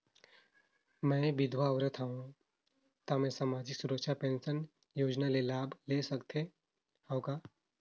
मैं विधवा औरत हवं त मै समाजिक सुरक्षा पेंशन योजना ले लाभ ले सकथे हव का?